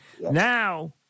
Now